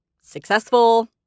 successful